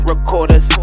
recorders